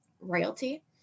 royalty